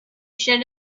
should